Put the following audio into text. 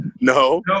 no